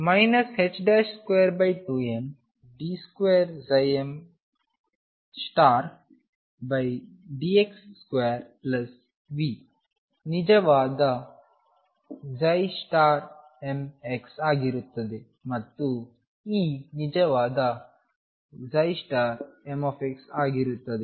22md2m dx2V ನಿಜವಾದ mx ಆಗಿರುತ್ತದೆ ಮತ್ತು E ನಿಜವಾದ m ಆಗಿರುತ್ತದೆ